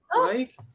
Mike